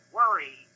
worry